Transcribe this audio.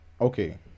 okay